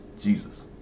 Jesus